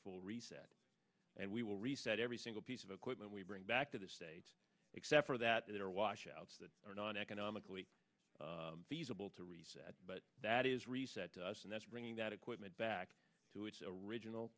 full reset and we will reset every single piece of equipment we bring back to the state except for that it or washouts that are not economically able to reset but that is reset to us and that's bringing that equipment back to its original